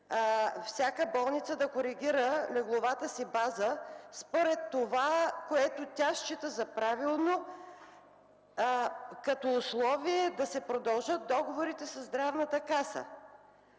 всяка болница да коригира легловата си база според това, което тя счита за правилно, като условие да се продължат договорите със Здравната каса.